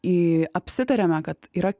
i apsitariame kad yra